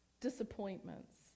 Disappointments